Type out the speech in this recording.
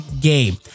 game